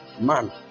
man